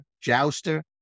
jouster